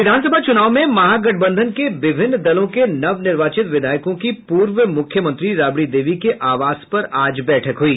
विधानसभा चूनाव में महागठबंधन के विभिन्न दलों के नवनिर्वाचित विधायकों की पूर्व मुख्यमंत्री राबड़ी देवी के आवास पर आज बैठक हुई